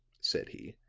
said he,